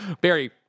Barry